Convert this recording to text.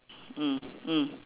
mm mm